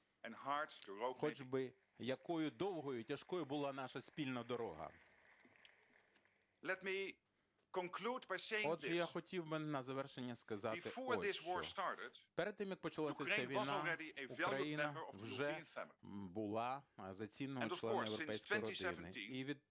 хоч би якою довгою і тяжкою була наша спільна дорога. Отже, я хотів би на завершення сказати ось що. Перед тим, як почалася ця війна, Україна вже була за цінного члена європейської родини.